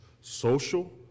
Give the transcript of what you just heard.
social